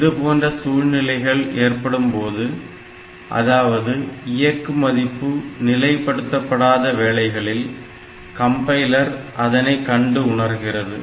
இதுபோன்ற சூழ்நிலைகள் ஏற்படும்பொழுது அதாவது இயக்கு மதிப்பு நிலை படுத்தப்படாத வேளைகளில் கம்பைலர் அதனை கண்டு உணர்கிறது